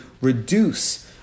reduce